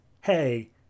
hey